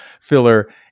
filler